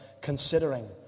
considering